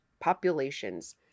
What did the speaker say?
populations